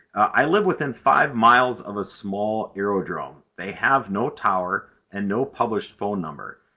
i live within five miles of a small aerodrome. they have no tower and no published phone number.